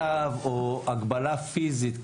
צו או הגבלה פיזית,